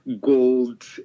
gold